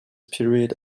period